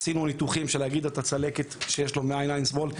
עשינו ניתוחים בשביל לתאר את הצלקת שיש לו מעל עין שמאל,